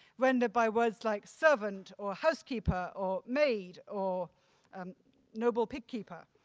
rendered by words like servant or housekeeper or maid or um noble pigkeeper,